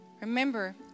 Remember